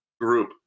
group